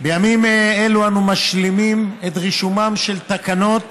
בימים אלו אנו משלימים את רישומן של תקנות